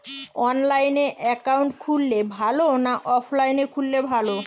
অনলাইনে একাউন্ট খুললে ভালো না অফলাইনে খুললে ভালো?